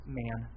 man